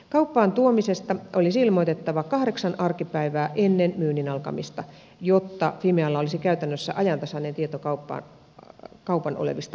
kauppaan tuomisesta olisi ilmoitettava kahdeksan arkipäivää ennen myynnin alkamista jotta fimealla olisi käytännössä ajantasainen tieto kaupan olevista lääkkeistä